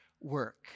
work